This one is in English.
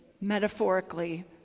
metaphorically